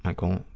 ah go